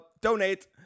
donate